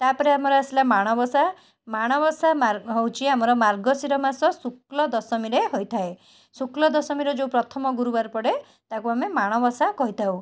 ତାପରେ ଆମର ଆସିଲା ମାଣବସା ମାଣବସା ମାର ହେଉଛି ଆମର ମାର୍ଗଶୀର ମାସ ଶୁକ୍ଳଦଶମୀରେ ହୋଇଥାଏ ଶୁକ୍ଳଦଶମୀରେ ଯେଉଁ ପ୍ରଥମ ଗୁରୁବାର ପଡ଼େ ତାହାକୁ ଆମେ ମାଣବସା କହିଥାଉ